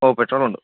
ഓ പെട്രോളുണ്ട്